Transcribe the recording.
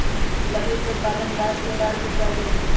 लकड़ी के उत्पादन गाछ के डार के कएल जाइ छइ